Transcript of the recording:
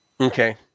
Okay